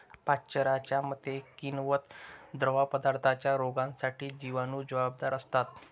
पाश्चरच्या मते, किण्वित द्रवपदार्थांच्या रोगांसाठी जिवाणू जबाबदार असतात